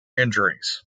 injuries